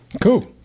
Cool